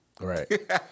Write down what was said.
Right